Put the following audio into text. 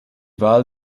wahl